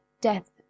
death